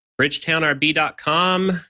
bridgetownrb.com